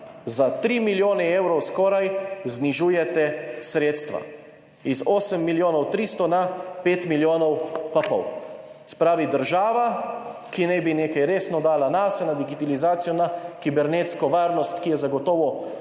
za 3 milijone evrov skoraj znižujete sredstva, iz 8 milijonov 300 na 5,5 milijona. Se pravi, država, ki naj bi nekaj resno dala nase, na digitalizacijo, na kibernetsko varnost, ki je zagotovo